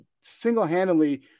single-handedly